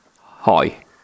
Hi